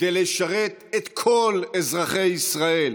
כדי לשרת את כל אזרחי ישראל